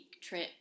trip